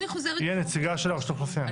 היא הנציגה של רשות האוכלוסין וההגירה.